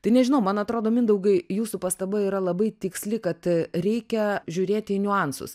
tai nežinau man atrodo mindaugai jūsų pastaba yra labai tiksli kad reikia žiūrėti į niuansus